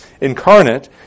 incarnate